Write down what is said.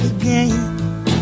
again